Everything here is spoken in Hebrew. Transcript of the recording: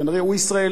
הוא ישראלי.